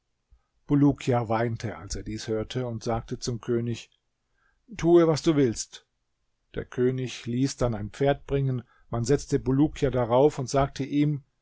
bulukia weinte als er dies hörte und sagte zum könig tue was du willst der könig ließ dann ein pferd bringen man setzte bulukia darauf und sagte ihm